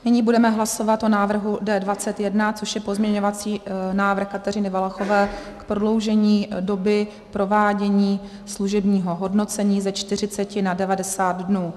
Nyní budeme hlasovat o návrhu D21, což je pozměňovací návrh Kateřiny Valachové k prodloužení doby provádění služebního hodnocení ze 40 na 90 dnů.